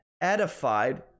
edified